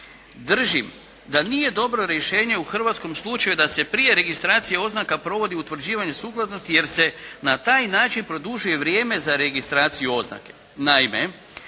Držim da nije dobro rješenje u hrvatskom slučaju da se prije registracije oznaka provodi utvrđivanje sukladnosti, jer se na taj način produžuje vrijeme za registraciju oznake.